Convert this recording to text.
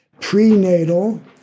prenatal